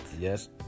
Yes